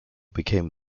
became